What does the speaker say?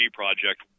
project